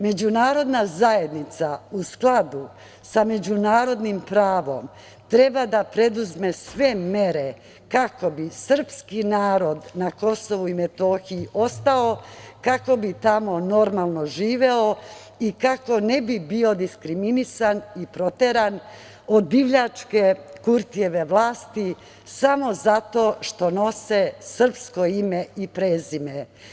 Međunarodna zajednica u skladu sa međunarodnim pravom treba da preduzme sve mere kako bi srpski narod na Kosovu i Metohiji ostao, kako bi tamo normalno živeo i kako ne bi bio diskriminisan i proteran od divljačke Kurtijeve vlasti samo zato što nose srpsko ime i prezime.